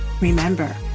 Remember